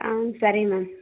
ಆಂ ಸರಿ ಮ್ಯಾಮ್